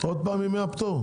עוד פעם ימי הפטור?